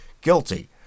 guilty